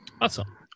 Awesome